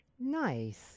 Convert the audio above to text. Nice